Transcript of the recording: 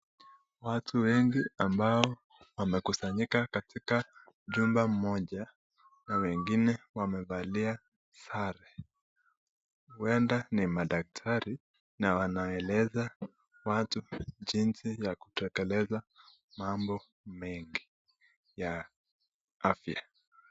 Watu wengi ambao wamekusanyika katika nyumba moja na wengine wamevalia sare, uenda ni madaktari na wanaeleza watu jinzi ya kutekeleza mambo mengi ya afya.